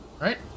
Right